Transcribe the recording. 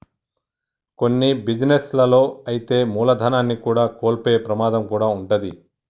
కొన్ని బిజినెస్ లలో అయితే మూలధనాన్ని కూడా కోల్పోయే ప్రమాదం కూడా వుంటది